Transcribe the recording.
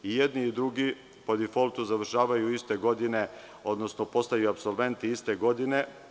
I jedni i drugi završavaju iste godine, odnosno postaju apsolventi iste godine.